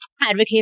advocate